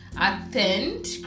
attend